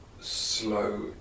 slow